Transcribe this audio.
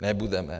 Nebudeme.